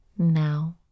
Now